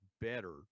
better